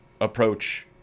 approach